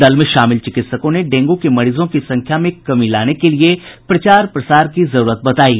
दल में शामिल चिकित्सकों ने डेंगू के मरीजों की संख्या में कमी लाने के लिए प्रचार प्रसार की जरूरत बतायी